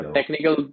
Technical